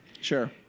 Sure